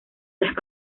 las